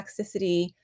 toxicity